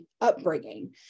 upbringing